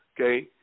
Okay